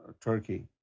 Turkey